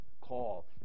call